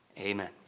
amen